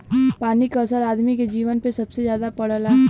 पानी क असर आदमी के जीवन पे सबसे जादा पड़ला